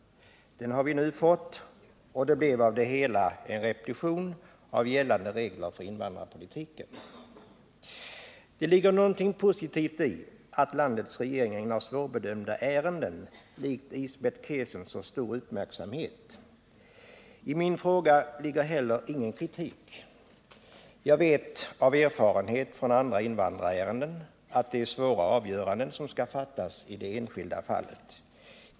Den har vi nu fått, och det blev en repetition av gällande regler för invandringspolitiken. Det ligger någonting positivt i att landets regering ägnar svårbedömda ärenden, likt Ismet Kesens, så stor uppmärksamhet. I min fråga ligger heller ingen kritik. Jag vet av erfarenhet från andra invandrarärenden att det är svåra avgöranden som skall träffas i det enskilda fallet.